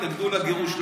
התנגדו לגירוש.